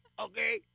okay